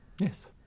Yes